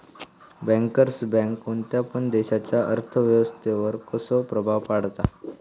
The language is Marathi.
बँकर्स बँक कोणत्या पण देशाच्या अर्थ व्यवस्थेवर कसो प्रभाव पाडता?